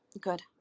good